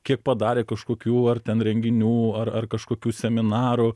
kiek padarė kažkokių ar ten renginių ar ar kažkokių seminarų